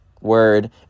word